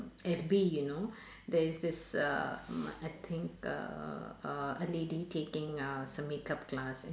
F_B you know there's this uh mm I think uh uh a lady taking uh some makeup class